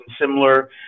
similar